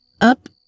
up